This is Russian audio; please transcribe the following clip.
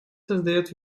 создает